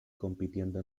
compitiendo